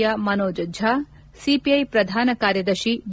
ಯ ಮನೋಜ್ ಝಾ ಸಿಪಿಐ ಪ್ರಧಾನ ಕಾರ್ಯದರ್ಶಿ ಡಿ